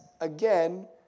again